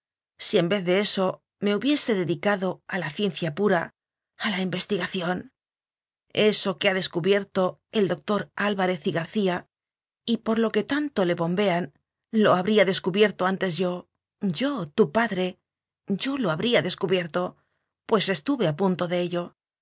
si en vez de eso me hubiese dedicado a la ciencia pura a la investigación so queha descubierto e doctor alvarez y garcía y por lo que tanto le bombean lo habría descubierto antes yo yo tu padre yo lo habría descubierto pues estuve a punto de ello